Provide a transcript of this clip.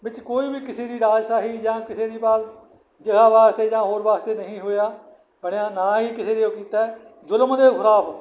ਵਿੱਚ ਕੋਈ ਵੀ ਕਿਸੇ ਦੀ ਰਾਜਸ਼ਾਹੀ ਜਾਂ ਕਿਸੇ ਦੀ ਜਿਹਾ ਵਾਸਤੇ ਜਾਂ ਹੋਰ ਵਾਸਤੇ ਨਹੀਂ ਹੋਇਆ ਬਣਿਆ ਨਾ ਹੀ ਕਿਸੇ ਨੇ ਉਹ ਕੀਤਾ ਜ਼ੁਲਮ ਦੇ ਖਿਲਾਫ਼